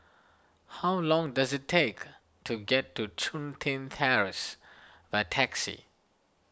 how long does it take to get to Chun Tin Terrace by taxi